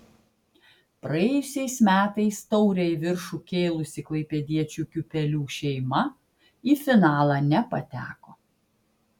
praėjusiais metais taurę į viršų kėlusi klaipėdiečių kiūpelių šeima į finalą nepateko